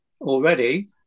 already